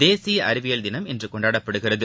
தேசிய அறிவியல் தினம் இன்று கொண்டாடப்படுகிறது